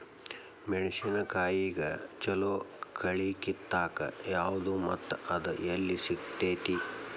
ಮೆಣಸಿನಕಾಯಿಗ ಛಲೋ ಕಳಿ ಕಿತ್ತಾಕ್ ಯಾವ್ದು ಮತ್ತ ಅದ ಎಲ್ಲಿ ಸಿಗ್ತೆತಿ?